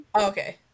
Okay